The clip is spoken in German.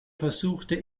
versuchte